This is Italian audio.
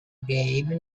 game